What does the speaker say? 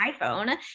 iPhone